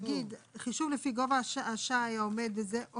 להגיד "חישוב לפי גובה השי לחג העומד" וזה,